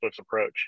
approach